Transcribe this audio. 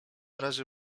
razie